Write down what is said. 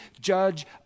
judge